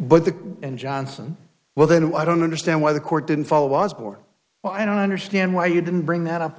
but the and johnson well then i don't understand why the court didn't follow was more well i don't understand why you didn't bring that up on